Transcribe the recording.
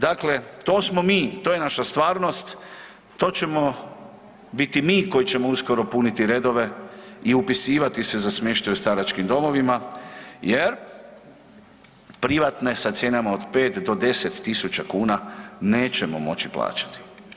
Dakle, to smo mi, to je naša stvarnost, to ćemo biti mi koji ćemo uskoro puniti redove i upisivati se za smještaj u staračkim domovima jer privatne sa cijenama od 5 do 10.000 kuna nećemo moći plaćati.